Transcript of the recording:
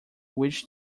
which